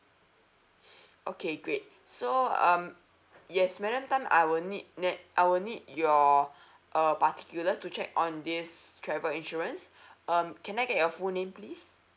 okay great so um yes madam tan I will need I will need your uh particulars to check on this travel insurance um can I get your full name please